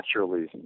naturally